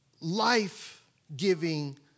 life-giving